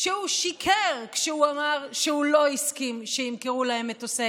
שהוא שיקר כשהוא אמר שהוא לא הסכים שימכרו להם מטוסי